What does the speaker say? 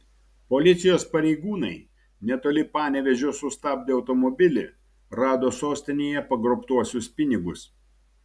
policijos pareigūnai netoli panevėžio sustabdę automobilį rado sostinėje pagrobtuosius pinigus